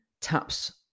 taps